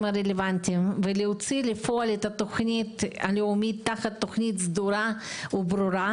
הרלוונטיים ולהוציא את התוכנית הלאומית תחת תוכנית סדורה וברורה,